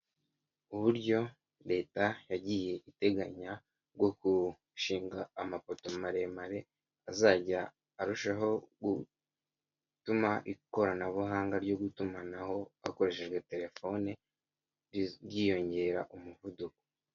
Uburyo leta yagiye iteganya bwo gushinga amapoto maremare, azajya arushaho gutuma ikoranabuhanga ryo gutumanaho hakoreshejwe telefoni ryiyongera umuvuduko.